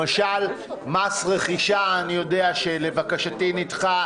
למשל, מס רכישה, אני יודע שלבקשתי נדחה,